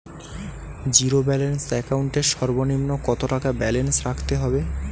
Zero balance account এর সর্বনিম্ন কত টাকা ব্যালেন্স রাখতে হবে?